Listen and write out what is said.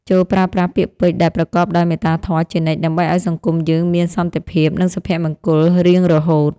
ចូរប្រើប្រាស់ពាក្យពេចន៍ដែលប្រកបដោយមេត្តាធម៌ជានិច្ចដើម្បីឱ្យសង្គមយើងមានសន្តិភាពនិងសុភមង្គលរៀងរហូត។